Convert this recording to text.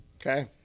okay